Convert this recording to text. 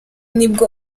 nibwo